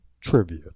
Trivia